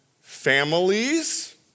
families